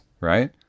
Right